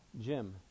Jim